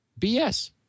BS